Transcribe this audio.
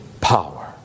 power